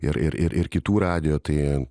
ir ir ir kitų radijo tai